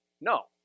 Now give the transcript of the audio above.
No